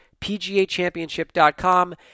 pgachampionship.com